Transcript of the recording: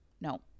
No